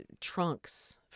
trunks